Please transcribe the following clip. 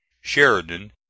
Sheridan